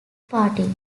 party